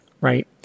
right